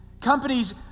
Companies